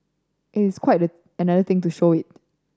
it's quite another thing to show it